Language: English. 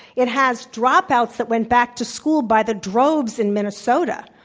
it has dropouts that went back to school by the droves in minnesota,